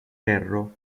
ferro